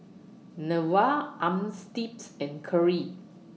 Neva Armstead's and Keri